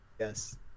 Yes